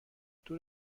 دور